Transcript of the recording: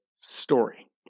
story